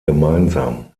gemeinsam